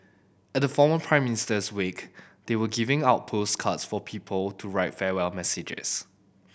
at the former Prime Minister's wake they were giving out postcards for people to write farewell messages